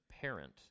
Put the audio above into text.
parent